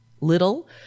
little